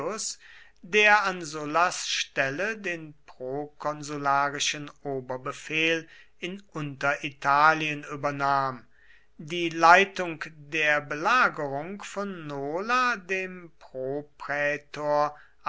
der an sullas stelle den prokonsularischen oberbefehl in unteritalien übernahm die leitung der belagerung von nola dem